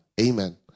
amen